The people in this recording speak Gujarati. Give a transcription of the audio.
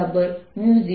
vr તરીકે લખીશું